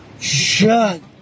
Shut